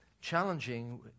challenging